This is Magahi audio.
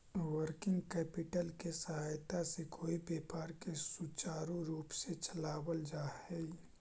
वर्किंग कैपिटल के सहायता से कोई व्यापार के सुचारू रूप से चलावल जा हई